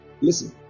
Listen